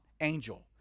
Angel